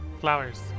Flowers